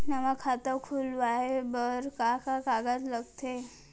नवा खाता खुलवाए बर का का कागज लगथे?